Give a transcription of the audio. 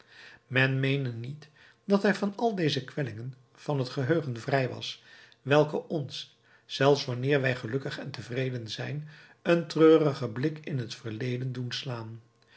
men meene niet dat hij van al deze kwellingen van het geheugen vrij was welke ons zelfs wanneer wij gelukkig en tevreden zijn een treurigen blik in t verleden doen slaan